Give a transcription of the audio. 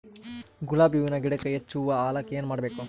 ಗುಲಾಬಿ ಹೂವಿನ ಗಿಡಕ್ಕ ಹೆಚ್ಚ ಹೂವಾ ಆಲಕ ಏನ ಮಾಡಬೇಕು?